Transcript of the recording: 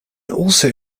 also